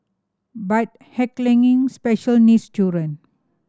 but heckling special needs children